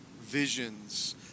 visions